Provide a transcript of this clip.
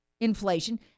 inflation